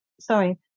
sorry